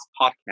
podcast